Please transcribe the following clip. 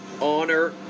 honor